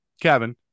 Kevin